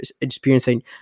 experiencing